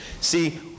See